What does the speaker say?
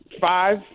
five